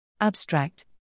ABSTRACT